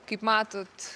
kaip matot